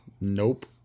Nope